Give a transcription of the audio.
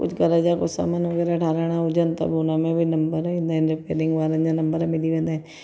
कुझु घर जा कुझु सामान वग़ैरह ठाराहिणा हुजनि त बि हुन में उहे नम्बर ईंदा आहिनि इडिंग वारनि जा नम्बर मिली वेंदा आहिनि